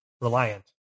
reliant